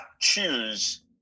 choose